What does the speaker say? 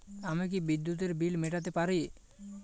আমি কি বিদ্যুতের বিল মেটাতে পারি?